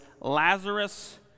Lazarus